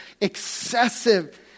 excessive